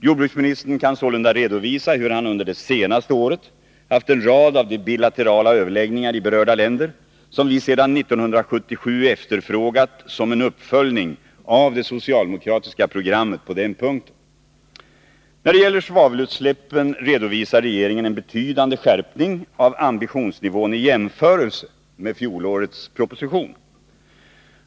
Jordbruksministern kan sålunda redovisa hur han under det senaste året haft en rad av de bilaterala överläggningar i berörda länder som vi sedan 1977 efterfrågat, som en uppföljning av det socialdemokratiska programmet på den punkten. När det gäller svavelutsläppen redovisar regeringen en betydande skärpning av ambitionsnivån i jämförelse med fjolårets proposition.